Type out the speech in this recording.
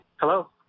Hello